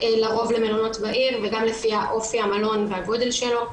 לרוב למלונות בעיר וגם לפי אופי המלון והגודל שלו.